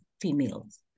females